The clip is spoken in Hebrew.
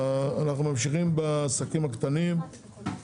אנחנו ממשיכים בדיון על קידום עסקים קטנים ובינוניים,